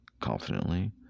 confidently